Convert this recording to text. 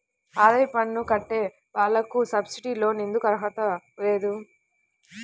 ఆదాయ పన్ను కట్టే వాళ్లకు సబ్సిడీ లోన్ ఎందుకు అర్హత లేదు?